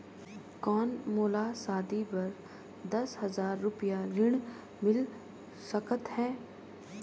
कौन मोला शादी बर दस हजार रुपिया ऋण मिल सकत है?